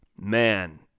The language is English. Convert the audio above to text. man